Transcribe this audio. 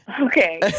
Okay